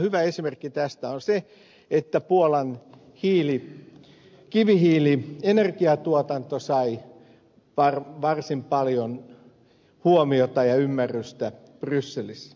hyvä esimerkki tästä on se että puolan kivihiilienergiatuotanto sai varsin paljon huomiota ja ymmärtämystä brysselissä